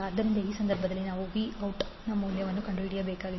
ಆದ್ದರಿಂದ ಈ ಸಂದರ್ಭದಲ್ಲಿ ನಾವು v 0 ನ ಮೌಲ್ಯವನ್ನು ಕಂಡುಹಿಡಿಯಬೇಕು